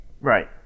Right